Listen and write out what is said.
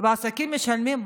והעסקים משלמים.